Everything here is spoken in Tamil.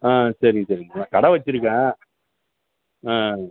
ஆ சரிங்க சரிங்க நான் கடை வச்சுருக்கேன் ஆ